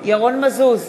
ירון מזוז,